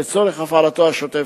לצורך הפעלתו השוטפת.